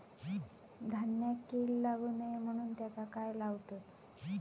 धान्यांका कीड लागू नये म्हणून त्याका काय लावतत?